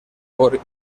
por